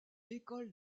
école